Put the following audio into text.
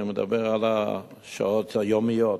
אני מדבר על השעות היומיות.